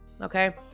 Okay